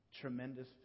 tremendous